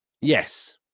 yes